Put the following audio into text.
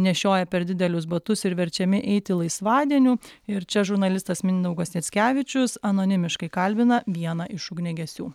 nešioja per didelius batus ir verčiami eiti laisvadienių ir čia žurnalistas mindaugas jackevičius anonimiškai kalbina vieną iš ugniagesių